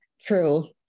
True